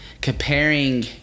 comparing